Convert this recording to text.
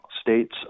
states